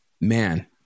man